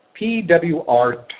PWR